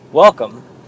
Welcome